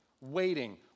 waiting